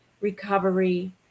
recovery